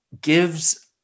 gives